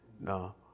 No